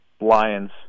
Lions